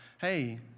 Hey